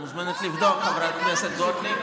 את מוזמנת לבדוק, חברת הכנסת גוטליב.